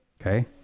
okay